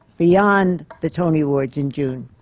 beyond the tony awards in june.